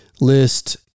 list